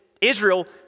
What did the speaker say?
Israel